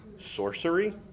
sorcery